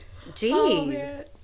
Jeez